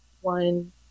one